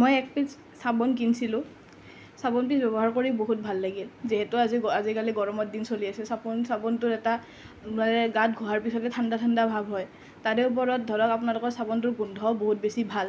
মই এক পিছ চাবোন কিনিছিলোঁ চাবোন পিছ ব্যৱহাৰ কৰি বহুত ভাল লাগিল যিহেতু আজি আজিকালি গৰমৰ চলি আছে চাবোন চাবোনটোত এটা মানে গাত ঘঁহাৰ পিছতে ঠাণ্ডা ঠাণ্ডা ভাৱ হয় তাৰে ওপৰত ধৰক আপোনালোকৰ চাবোনটোৰ গোন্ধও বহুত বেছি ভাল